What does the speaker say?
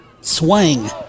swing